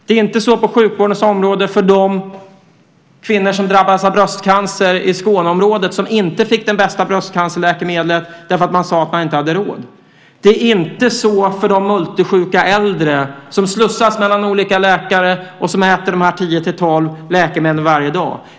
Det är inte så på sjukvårdens område för de kvinnor i Skåneområdet som drabbades av bröstcancer som inte fick det bästa bröstcancerläkemedlet därför att man sade att man inte hade råd. Det är inte så för de multisjuka äldre som slussas mellan olika läkare och som äter de tio-tolv läkemedlen varje dag.